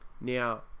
Now